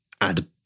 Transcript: add